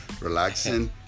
relaxing